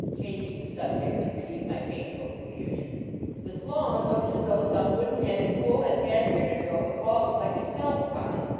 changing the subject to relieve my painful confusion this lawn looks as though some wooden headed fool had pastured a drove of hogs like himself upon it.